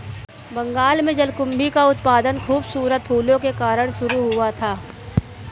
बंगाल में जलकुंभी का उत्पादन खूबसूरत फूलों के कारण शुरू हुआ था